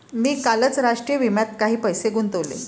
मी कालच राष्ट्रीय विम्यात काही पैसे गुंतवले